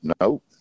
no